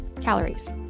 calories